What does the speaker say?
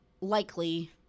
likely